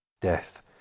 Death